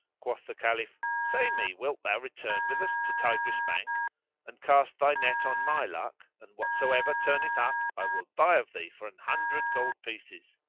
quoth the caliph, say me, wilt thou return with us to tigris' bank and cast thy net on my luck, and whatsoever turneth up i will buy of thee for an hundred gold pieces?